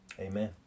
Amen